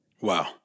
Wow